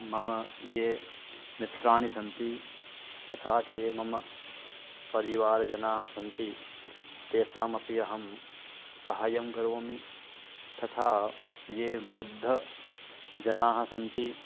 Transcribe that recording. मम ये मित्राणि सन्ति तथा च ये मम परिवारजनाः सन्ति तेषामपि अहं सहाय्यं करोमि तथा ये वृद्धजनाः सन्ति